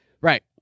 right